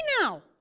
now